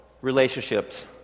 relationships